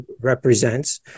represents